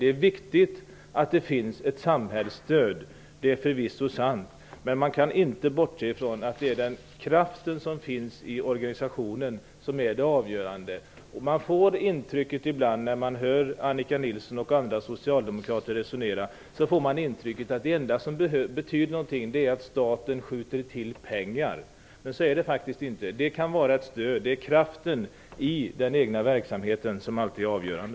Det är viktigt att det finns ett samhällsstöd. Det är förvisso sant. Men man kan inte bortse ifrån att det är kraften som finns i organisationen som är avgörande. När man hör Annika Nilsson och andra socialdemokrater resonera får man ibland intrycket att det enda som betyder något är att staten skjuter till pengar. Men så är det faktiskt inte. Det kan vara ett stöd, men det är alltid kraften i den egna verksamheten som är avgörande.